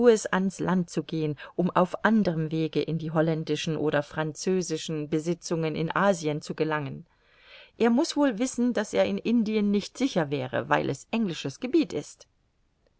an's land zu gehen um auf anderm wege in die holländischen oder französischen besitzungen in asien zu gelangen er muß wohl wissen daß er in indien nicht sicher wäre weil es englisches gebiet ist